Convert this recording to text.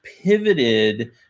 pivoted